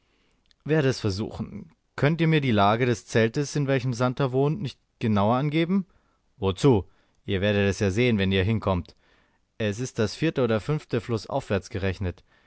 werde es versuchen könnt ihr mir die lage des zeltes in welchem santer wohnt nicht genauer angeben wozu ihr werdet es ja sehen wenn ihr hinkommt es ist das vierte oder fünfte flußaufwärts gerechnet